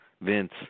Vince